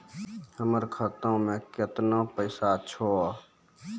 हमर खाता मैं केतना पैसा छह?